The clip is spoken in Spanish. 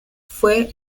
fue